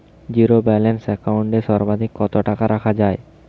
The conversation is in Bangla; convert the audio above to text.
জীরো ব্যালেন্স একাউন্ট এ সর্বাধিক কত টাকা রাখা য়ায়?